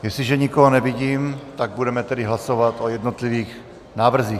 Jestliže nikoho nevidím, tak budeme tedy hlasovat o jednotlivých návrzích.